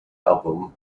album